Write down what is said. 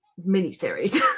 miniseries